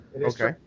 Okay